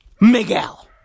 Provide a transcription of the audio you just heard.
Miguel